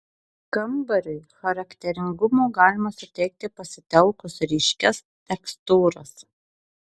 kambariui charakteringumo galima suteikti pasitelkus ryškias tekstūras